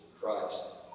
Christ